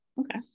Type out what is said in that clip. Okay